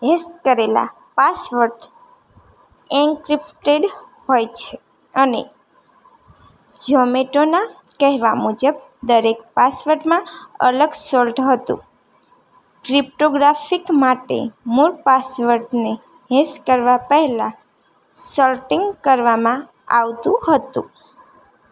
yes કરેલા password encrypted હોય છે અને ઝોમેટોના કહેવા મુજબ દરેક પાસવર્ડમાં અલગ સોલ્ટ હતું ક્રિપ્ટો ગ્રાફિક માટે મૂળ પાસવર્ડને યેસ કરવા પહેલા સોલટિંગ કરવામાં આવતું હતું